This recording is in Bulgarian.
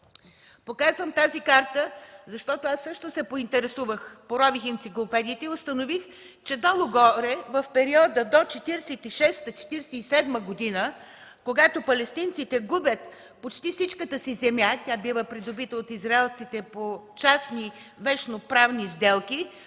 Показвам тази карта, защото аз също се поинтересувах, порових енциклопедиите и установих, че долу-горе в периода до 1946-1947 г., когато палестинците губят почти всичката си земя – тя бива придобита от израелците по частни вещно-правни сделки